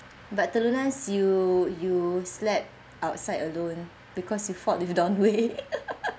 but telunas you you slept outside alone because you fought with don wei